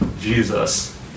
Jesus